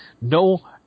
No